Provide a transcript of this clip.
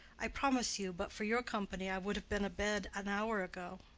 i promise you, but for your company, i would have been abed an hour ago.